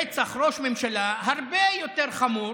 רצח ראש ממשלה הרבה יותר חמור